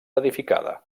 edificada